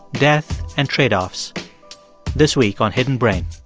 death and trade-offs this week on hidden brain